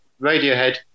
Radiohead